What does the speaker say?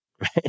right